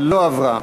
לא עברה.